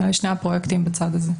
אלה הם שני הפרויקטים בצד הזה.